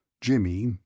Jimmy